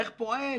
איך פועל,